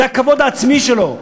זה הכבוד העצמי שלו.